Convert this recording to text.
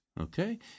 Okay